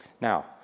Now